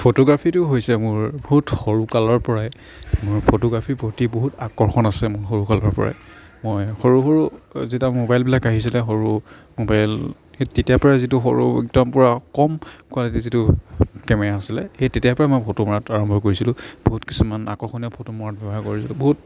ফটোগ্ৰাফীটো হৈছে মোৰ বহুত সৰুকালৰপৰাই মোৰ ফটোগ্ৰাফীৰ প্ৰতি বহুত আকৰ্ষণ আছে মোৰ সৰুকালৰপৰাই মই সৰু সৰু যেতিয়া মোবাইলবিলাক আহিছিলে সৰু মোবাইল সেই তেতিয়াৰপৰাই যিটো সৰু একদম পূৰা কম কোৱালিটিৰ যিটো কেমেৰা আছিলে সেই তেতিয়াৰপৰাই মই ফটো মৰাটো আৰম্ভ কৰিছিলোঁ বহুত কিছুমান আকৰ্ষণীয় ফটো মৰাত ব্যৱহাৰ কৰিছিলোঁ বহুত